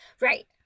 Right